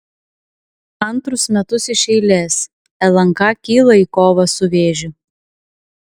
antrus metus iš eilės lnk kyla į kovą su vėžiu